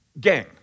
Gang